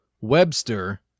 Webster